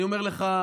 אני אומר לך,